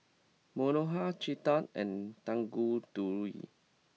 Manohar Chetan and Tanguturi